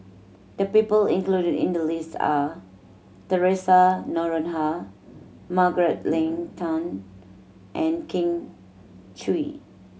the people included in the list are Theresa Noronha Margaret Leng Tan and Kin Chui